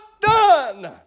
done